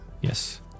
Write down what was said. Yes